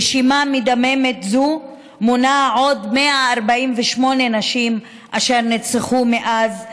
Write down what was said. רשימה מדממת זו מונה עוד 148 נשים אשר נרצחו מאז 2007,